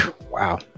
Wow